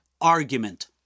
argument